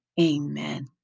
Amen